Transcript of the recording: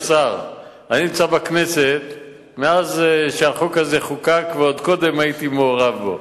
אני נמצא בכנסת מאז שהחוק הזה חוקק ועוד קודם הייתי מעורב בו,